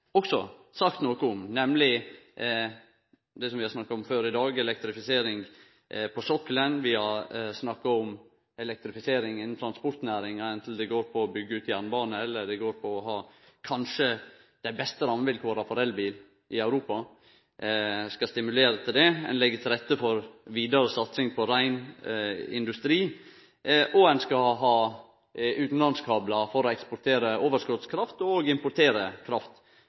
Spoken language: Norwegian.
også sagt noko om, nemleg det som vi har snakka om før i dag, elektrifisering på sokkelen. Vi har òg snakka om elektrifisering innanfor transportnæringa, anten det går på å byggje ut jernbane, eller det går på å ha kanskje dei beste rammevilkåra for elbil i Europa – vi skal stimulere til det. Ein legg til rette for vidare satsing på rein industri, og ein skal ha utanlandskablar for å eksportere overskotskraft og òg importere kraft